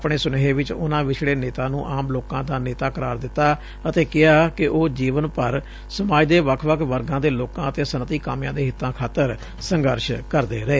ਆਪਣੇ ਸੁਨੇਹੇ ਵਿਚ ਉਨੂਾਂ ਵਿਛੜੇ ਨੇਤਾ ਨੂੰ ਆਮ ਲੋਕਾਂ ਦਾ ਨੇਤਾ ਕਰਾਰ ਦਿੱਤਾ ਅਤੇ ਕਿਹਾ ਕਿ ਉਹ ਜੀਵਨ ਭਰ ਸਮਾਜ ਦੇ ਵੱਖ ਵਰਗਾਂ ਦੇ ਲੋਕਾਂ ਅਤੇ ਸਨਅਤੀ ਕਾਮਿਆਂ ਦੇ ਹਿੱਤਾਂ ਖਾਤਰ ਸੰਘਰਸ਼ ਕਰਦੇ ਰਹੇ